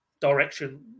direction